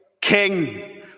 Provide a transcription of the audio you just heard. King